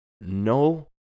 No